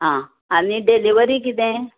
आं आनी डिलिवरी कितें